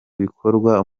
bikorwa